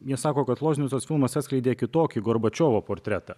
jie sako kad loznicos filmas atskleidė kitokį gorbačiovo portretą